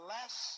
Less